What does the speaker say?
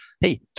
Hey